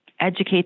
educate